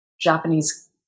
Japanese